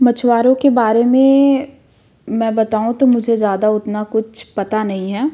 मछुआरों के बारे में मैं बताऊँ तो मुझे ज़्यादा उतना कुछ पता नहीं है